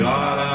God